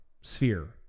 sphere